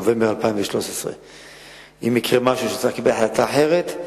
בנובמבר 2013. אם יקרה משהו ונצטרך לקבל החלטה אחרת,